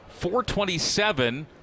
427